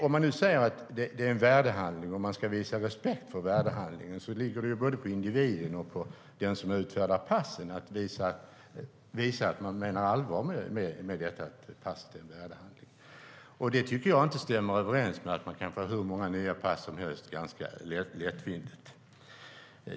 Om man nu säger att passet är en värdehandling och att man ska visa respekt för värdehandlingen ligger det både på individen och på den som utfärdar passen att visa att man menar allvar med det man säger om att passet är en värdehandling. Det stämmer inte överens med att man samtidigt kan få hur många nya pass som helst ganska lättvindigt.